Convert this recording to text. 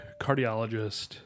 cardiologist